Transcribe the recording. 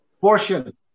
portion